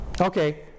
Okay